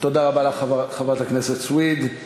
חברת הכנסת סויד.